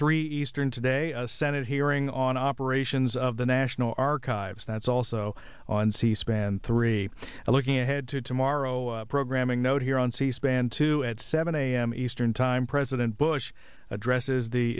three eastern today a senate hearing on operations of the national archives that's also on c span three looking ahead to tomorrow a programming note here on c span two at seven a m eastern time president bush addresses the